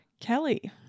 Kelly